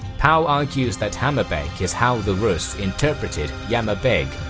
pow argues that hamabek is how the rus' interpreted yama beg,